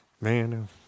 Man